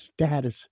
status